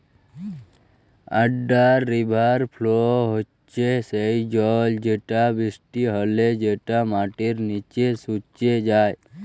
under river flow হচ্যে সেই জল যেটা বৃষ্টি হলে যেটা মাটির নিচে সুকে যায়